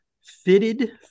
fitted